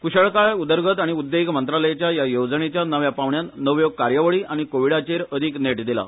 क्शळकाय उदरगत आनी उद्देग मंत्रालयाच्या या येवजणेच्या नव्या पावण्यान नव्यो कार्यावळी आनी कोविडाचेर अदिक नेट दिला